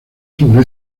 sobre